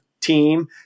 team